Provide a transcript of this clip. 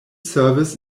service